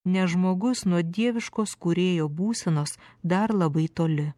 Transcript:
nes žmogus nuo dieviškos kūrėjo būsenos dar labai toli